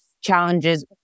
challenges